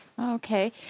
Okay